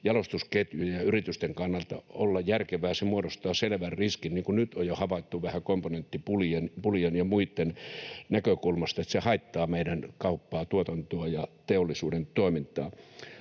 jalostusketjujen ja yritysten kannalta olla järkevää. Se muodostaa selvän riskin, niin kuin nyt on jo havaittu vähän komponenttipulien ja muitten näkökulmasta: se haittaa meidän kauppaa, tuotantoa ja teollisuuden toimintaa.